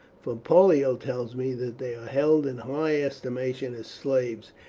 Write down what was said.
for pollio tells me that they are held in high estimation as slaves,